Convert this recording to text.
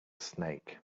snake